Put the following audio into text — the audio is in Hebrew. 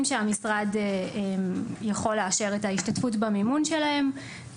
שהמשרד יכול לאשר את ההשתתפות במימון שלהם,